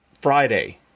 Friday